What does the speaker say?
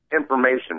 Information